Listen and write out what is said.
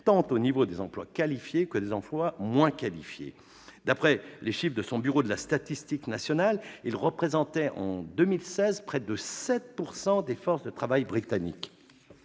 occupent des emplois qualifiés ou moins qualifiés. D'après les chiffres de son Bureau de la statistique nationale, ils représentaient en 2016 près de 7 % des forces de travail britanniques.